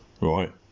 right